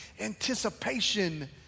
anticipation